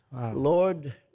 Lord